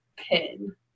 Pin